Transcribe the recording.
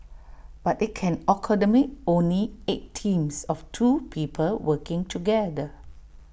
but IT can only eight teams of two people working together